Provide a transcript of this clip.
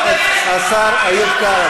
בגישה הלא-גזענית.